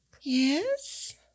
yes